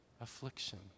affliction